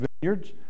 vineyards